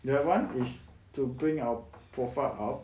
that [one] is to bring our profile out